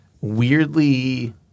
weirdly